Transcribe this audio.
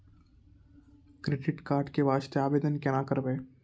Credit card के वास्ते आवेदन केना करबै?